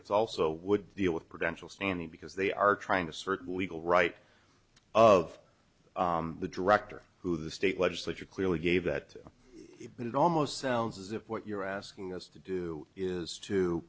it's also would deal with prudential standing because they are trying to certain legal right of the director who the state legislature clearly gave that and it almost sounds as if what you're asking us to do is to